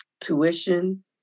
Tuition